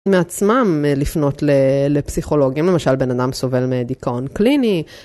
מעצמם לפנות לפסיכולוגים, למשל בן אדם סובל מדיכאון קליני.